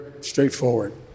straightforward